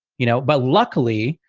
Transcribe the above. you know, but luckily,